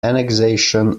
annexation